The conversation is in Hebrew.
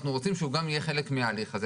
אנחנו רוצים שהוא גם יהיה חלק מההליך הזה,